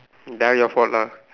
that one your fault lah